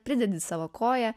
pridedi savo koją